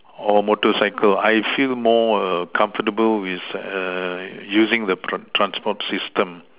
or motorcycle I feel more err comfortable with err using the transport system